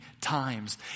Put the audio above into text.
times